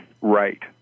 right